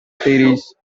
series